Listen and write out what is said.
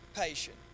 patient